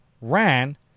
ran